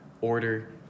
order